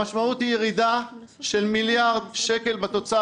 המשמעות היא ירידה של מיליארד שקל בתוצר